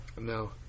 No